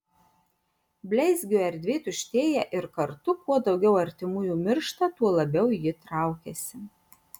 bleizgio erdvė tuštėja ir kartu kuo daugiau artimųjų miršta tuo labiau ji traukiasi